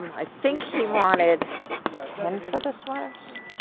i think he wanted ten for the sweaters.